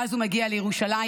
ואז הוא מגיע לירושלים,